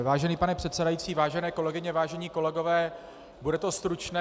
Vážený pane předsedající, vážené kolegyně, vážení kolegové, bude to stručné.